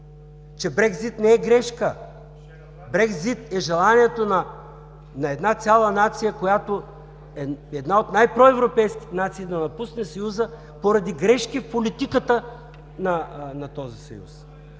че Брекзит не е грешка. Брекзит е желанието на една цяла нация, която е една от най-проевропейски нации, да напусне Евросъюза поради грешки в политиката на този съюз.